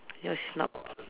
yours is not